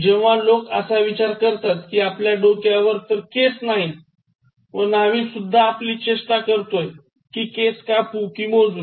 जेव्हा लोक असा विचार करतात की आपल्या डोक्यावर तर केस नाहीत व न्हावी सुद्धा आपली चेष्टा करतोय कि केस कापू कि मोजू